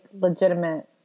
legitimate